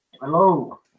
Hello